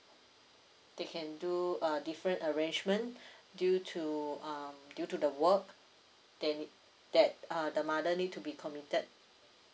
they can do a different arrangement due to um due to the work then it that uh the mother need to be committed